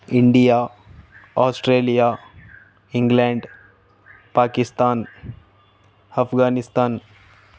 India Australia England Pakistan Afghanistan